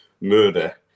murder